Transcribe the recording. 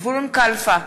זבולון כלפה,